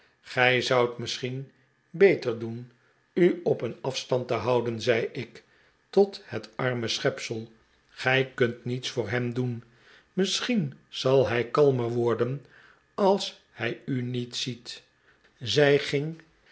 gij zoudt misschien beter doen u op een afstand te houden zei ik tot het arme schepsel gij kunt niets voor hem doen misschien zal hij kalmer worden als hij u niet ziet zij